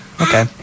Okay